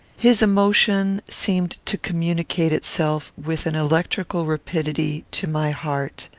his emotion seemed to communicate itself, with an electrical rapidity, to my heart.